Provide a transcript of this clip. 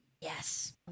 Yes